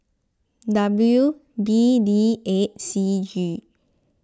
W B D eight C G